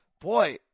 Boy